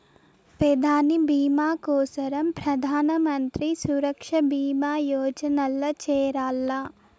పెదాని బీమా కోసరం ప్రధానమంత్రి సురక్ష బీమా యోజనల్ల చేరాల్ల